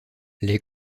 les